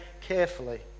carefully